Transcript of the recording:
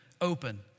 open